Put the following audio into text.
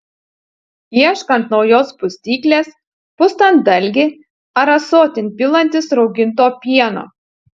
ieškant naujos pustyklės pustant dalgį ar ąsotin pilantis rauginto pieno